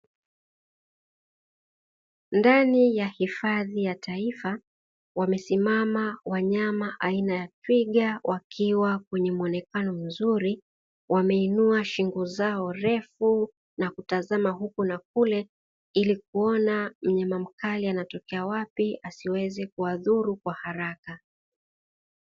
Ndani ya hifadhi ya taifa, wamesimama wanyama aina ya twiga, wakiwa kwenye muonekano mzuri, wameinua shingo zao refu na kutazama huku na kule ili kuona mnyama mkali anatokea wapi asiweze kuwazuru kwa haraka.